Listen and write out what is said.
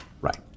right